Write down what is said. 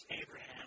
Abraham